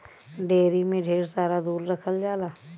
dairy में ढेर सारा दूध रखल होला